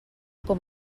com